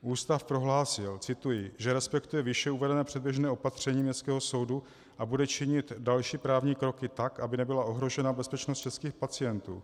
Ústav prohlásil, cituji, že respektuje výše uvedené předběžné opatření městského soudu a bude činit další právní kroky tak, aby nebyla ohrožena bezpečnost českých pacientů.